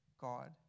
God